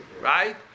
right